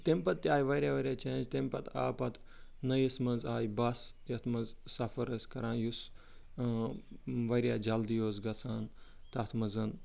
تَمہِ پَتہٕ تہِ آے واریاہ واریاہ چینٛج تَمہِ پَتہٕ آو پَتہٕ نٔیِس مَنٛز آیہِ بَس یتھ مَنٛز سَفَر ٲسۍ کران یُس واریاہ جلدی اوس گَژھان تتھ مَنٛز